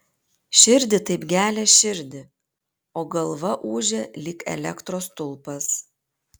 širdį taip gelia širdį o galva ūžia lyg elektros stulpas